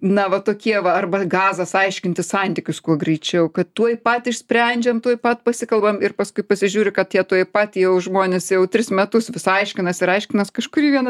na va tokie va arba gazas aiškintis santykius kuo greičiau kad tuoj pat išsprendžiam tuoj pat pasikalbam ir paskui pasižiūri kad tie tuoj pat jau žmonės jau tris metus vis aiškinasi ir aiškinas kažkurį vieną